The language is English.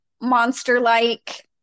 monster-like